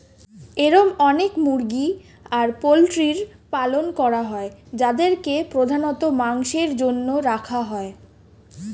এরম অনেক মুরগি আর পোল্ট্রির পালন করা হয় যাদেরকে প্রধানত মাংসের জন্য রাখা হয়